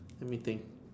let me think